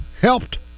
helped